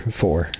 four